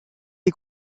est